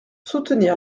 soutenir